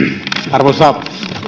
arvoisa